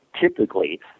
typically